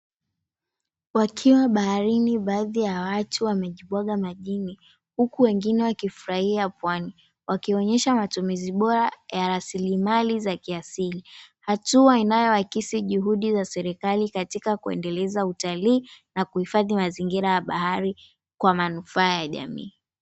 Wakiwa baharini baadhi ya watu wamejibwaga majini, huku wengine wakifurahia Pwani, wakionyesha matumizi bora ya rasilimali za kiasili. Hatua inayoakisi juhudi za serikali katika kuendeleza utalii na kuhifadhi mazingira ya bahari kwa manufaa ya jamii.